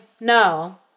no